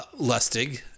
lustig